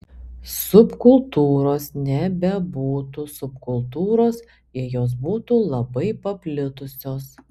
subkultūros nebebūtų subkultūros jei jos būtų labai paplitusios